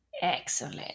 Excellent